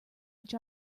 which